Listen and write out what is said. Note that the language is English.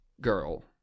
girl